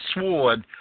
sword